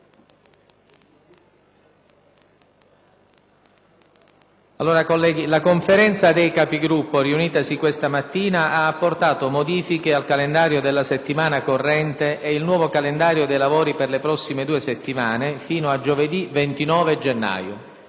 la Conferenza dei Capigruppo riunitasi questa mattina ha approvato modifiche al calendario della settimana corrente e il nuovo calendario dei lavori per le prossime due settimane, fino a giovedì 29 gennaio.